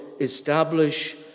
establish